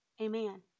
Amen